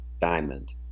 diamond